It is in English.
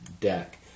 deck